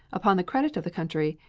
upon the credit of the country,